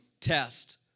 test